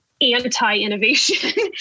anti-innovation